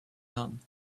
none